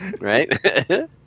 Right